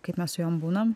kaip mes su jom būnam